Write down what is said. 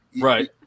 right